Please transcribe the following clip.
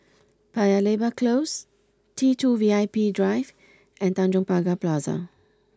Paya Lebar Close T two V I P Drive and Tanjong Pagar Plaza